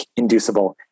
inducible